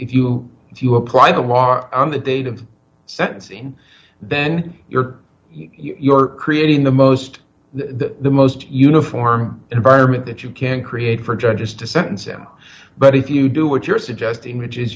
if you if you apply the law are on the date of sentencing then you're you're creating the most the most uniform environment that you can create for judges to sentence him but if you do what you're suggesting which is